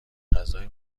غذای